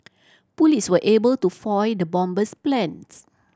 police were able to foil the bomber's plans